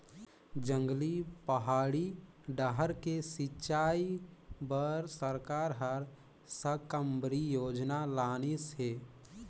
जंगली, पहाड़ी डाहर के सिंचई बर सरकार हर साकम्बरी योजना लानिस हे